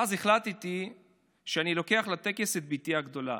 ואז החלטתי שאני לוקח לטקס את בתי הגדולה,